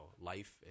life